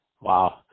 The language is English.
Wow